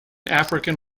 african